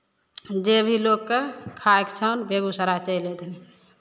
जे भी लोककेँ खाइके छैन्ह बेगूसराय चलि अयथिन